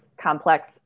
complex